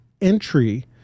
entry